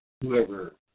whoever